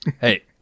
Hey